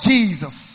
Jesus